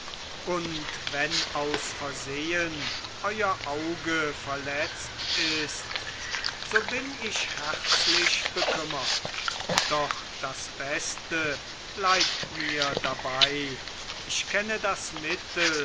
und wenn aus versehen euer auge verletzt ist so bin ich herzlich bekümmert doch das beste bleibt mir dabei ich kenne das mittel